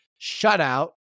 shutout